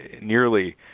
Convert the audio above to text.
nearly